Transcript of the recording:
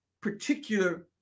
particular